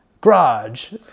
garage